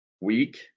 week